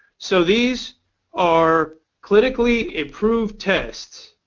so these are clinically improved tests,